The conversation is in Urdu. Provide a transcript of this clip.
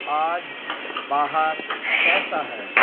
آج باہر کیسا ہے